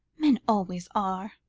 men always are.